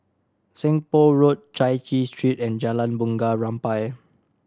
Seng Poh Road Chai Chee Street and Jalan Bunga Rampai